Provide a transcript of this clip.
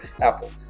Apple